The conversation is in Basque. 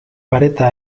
pareta